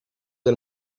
del